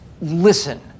listen